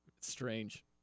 Strange